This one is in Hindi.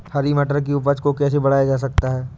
हरी मटर की उपज को कैसे बढ़ाया जा सकता है?